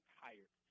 tired